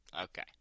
Okay